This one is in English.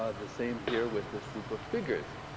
ah the same here with this group of figures.